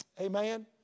Amen